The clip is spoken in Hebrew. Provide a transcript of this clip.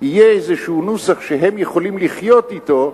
יהיה איזה נוסח שהם יכולים לחיות אתו,